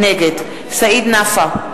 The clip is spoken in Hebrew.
נגד סעיד נפאע,